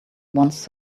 once